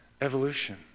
Evolution